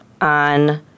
on